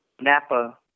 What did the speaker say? Napa